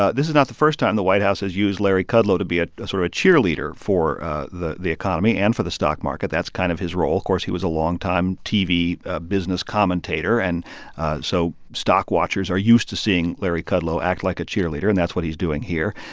ah this is not the first time the white house has used larry kudlow to be sort of a cheerleader for the the economy and for the stock market. that's kind of his role. of course, he was a longtime tv ah business commentator. and so stock watchers are used to seeing larry kudlow act like a cheerleader, and that's what he's doing here.